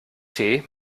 tee